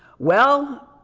well,